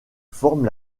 forment